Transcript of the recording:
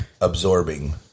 absorbing